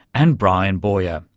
and bryan boyer.